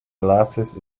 glasses